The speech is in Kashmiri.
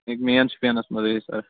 مین شُپینَس منٛزٕے سر